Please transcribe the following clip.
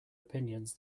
opinions